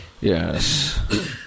Yes